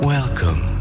Welcome